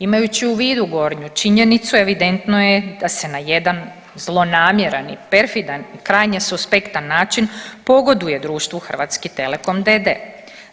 Imajući u vidu gornju činjenicu evidentno je da se na jedan zlonamjeran i perfidan i krajnje suspektan način pogoduje društvu Hrvatski telekom d.d.